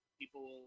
people